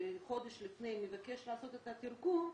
חודש לפני מבקש לעשות את התרגום,